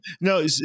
No